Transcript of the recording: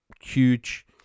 huge